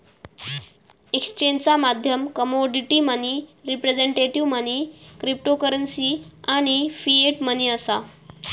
एक्सचेंजचा माध्यम commodity money, representative money, cryptocurrency आणि फिएट मनी असा